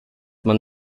man